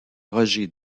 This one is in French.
roger